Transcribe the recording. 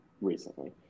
recently